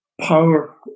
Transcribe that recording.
power